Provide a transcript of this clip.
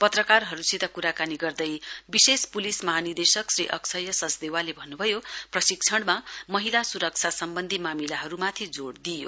पत्रकारहरूसित क्राकानी गर्दै विशेष प्लिस महानिर्देशक श्री अक्षय सचदेवाले भन्नुभयो प्रशिक्षणमा महिला सुरक्षा सम्बन्धी मामिलाहरूमाथि जोड दिइयो